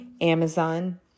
Amazon